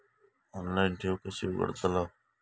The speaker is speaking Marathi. ऑनलाइन ठेव कशी उघडतलाव?